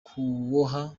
kuboha